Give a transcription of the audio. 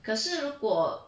可是如过